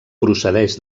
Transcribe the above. procedeix